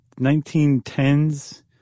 1910s